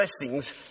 blessings